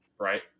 right